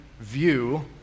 view